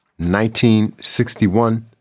1961